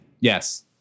Yes